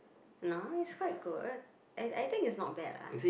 no is quite good I I think is not bad lah